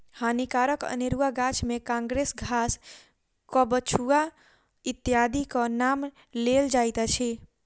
हानिकारक अनेरुआ गाछ मे काँग्रेस घास, कबछुआ इत्यादिक नाम लेल जाइत अछि